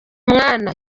mwana